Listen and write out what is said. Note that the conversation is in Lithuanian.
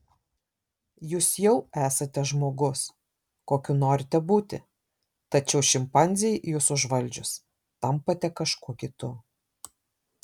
jūs jau esate žmogus kokiu norite būti tačiau šimpanzei jus užvaldžius tampate kažkuo kitu